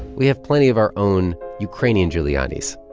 we have plenty of our own ukrainian giulianis